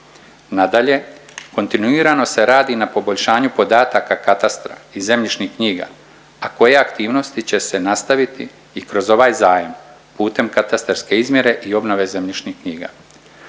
Nadalje, kontinuirano se radi i na poboljšanju podataka katastra i zemljišnih knjiga, a koje aktivnosti će se nastaviti i kroz ovaj zajam putem katastarske izmjere i obnove zemljišnih knjiga.